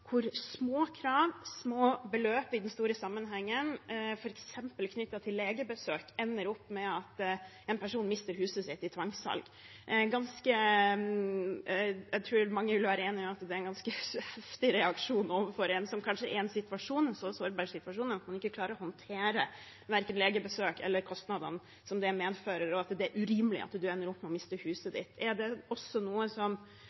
små krav, små beløp i den store sammenhengen, f.eks. knyttet til legebesøk, ender med at en person mister huset sitt i tvangssalg. Jeg tror mange vil være enig i at det er en ganske heftig reaksjon overfor en som kanskje er i en så sårbar situasjon at man ikke klarer å håndtere verken legebesøk eller kostnadene det medfører, og at det er urimelig at man ender opp med å miste huset